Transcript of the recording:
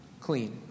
clean